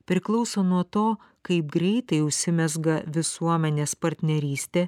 priklauso nuo to kaip greitai užsimezga visuomenės partnerystė